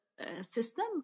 system